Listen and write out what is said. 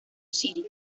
city